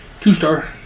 Two-star